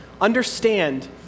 understand